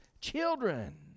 children